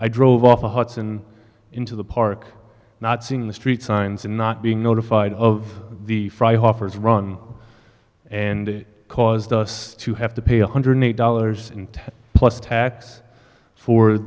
i drove off the hudson into the park not seeing the street signs and not being notified of the fry hoffer's run and it caused us to have to pay one hundred eight dollars in tax plus tax for